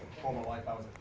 former life i was